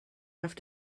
have